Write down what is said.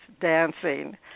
dancing